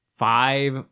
five